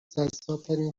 جذابترین